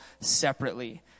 separately